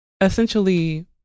essentially